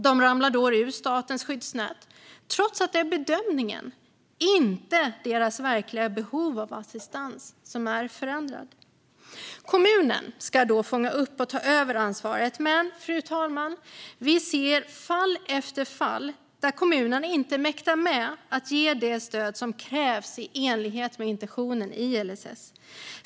De ramlar då ur statens skyddsnät, trots att det är bedömningen - inte deras verkliga behov av assistans - som är förändrad. Kommunen ska då fånga upp och ta över ansvaret. Men, fru talman, vi ser fall efter fall där kommunerna inte mäktar med att ge det stöd som krävs i enlighet med intentionen i LSS.